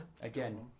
Again